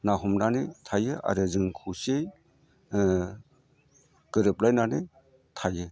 ना हमनानै थायो आरो जों खौसेयै गोरोबलायनानै थायो